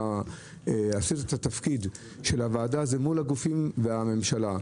עשית את התפקיד של הוועדה מול הגופים והממשלה.